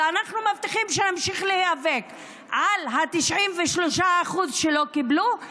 ואנחנו מבטיחים שנמשיך להיאבק על ה-93% שלא קיבלו.